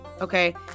Okay